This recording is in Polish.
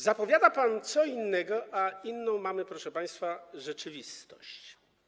Zapowiada pan co innego, a inną mamy, proszę państwa, rzeczywistość.